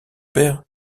père